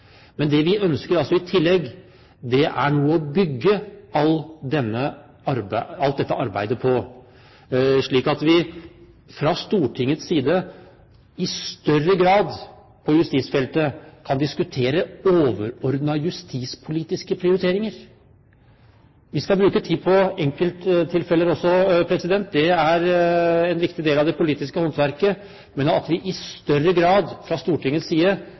det er vi sammen om. Det vi ønsker i tillegg, er noe å bygge alt dette arbeidet på, slik at vi fra Stortingets side i større grad kan diskutere overordnede justispolitiske prioriteringer på justisfeltet. Vi skal også bruke tid på enkelttilfeller, det er en viktig del av det politiske håndverket, men det at vi fra Stortingets side i større grad